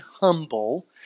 humble